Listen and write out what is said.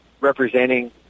representing